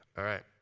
all right.